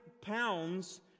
pounds